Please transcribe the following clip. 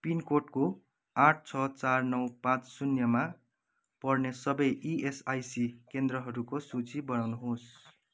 पिनकोडको आठ छ चार नौ पाँच शून्यमा पर्ने सबै इएसआईइसी केन्द्रहरूको सूची बनाउनुहोस्